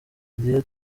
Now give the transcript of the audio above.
igihe